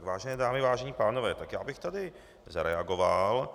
Vážené dámy, vážení pánové, tak já bych tady zareagoval.